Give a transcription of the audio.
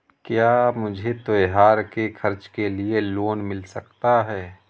क्या मुझे त्योहार के खर्च के लिए लोन मिल सकता है?